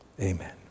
Amen